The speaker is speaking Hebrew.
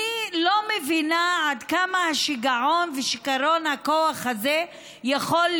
אני לא מבינה עד כמה השיגעון ושיכרון הכוח האלה יכולים